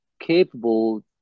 Capable